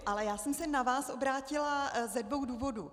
Ale já jsem se na vás obrátila ze dvou důvodů.